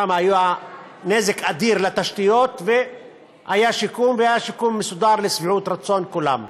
שם היה נזק אדיר לתשתיות והיה שיקום מסודר לשביעות רצון כולם.